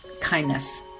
kindness